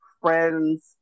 friends